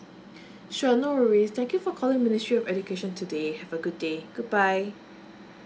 sure no worries thank you for calling ministry of education today have a good day goodbye